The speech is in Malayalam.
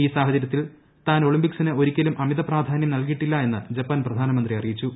ഈ സാഹചര്യത്തിൽ താൻ ഒളിമ്പിക്സിന് ഒരിക്കലും അമിത പ്രാധാന്യം നൽകിയിട്ടില്ല എന്ന് ജപ്പാൻ പ്രധാനമന്ത്രി അറിയിച്ചു